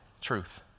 truth